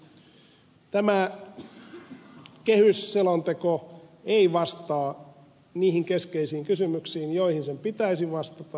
eli arvoisa puhemies tämä kehysselonteko ei vastaa niihin keskeisiin kysymyksiin joihin sen pitäisi vastata